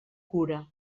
cura